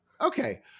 Okay